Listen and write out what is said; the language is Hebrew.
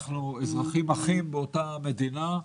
אנחנו אזרחים אחים באותה מדינה.